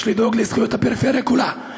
יש לדאוג לזכויות הפריפריה כולה.